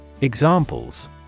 Examples